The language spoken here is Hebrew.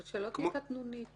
אז שלא תהיה קטנונית.